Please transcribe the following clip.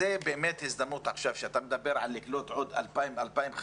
זאת באמת הזדמנות כשאתה מדבר על קליטת עוד 2,500 מורים.